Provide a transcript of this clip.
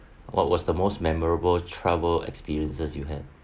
what was the most memorable travel experiences you have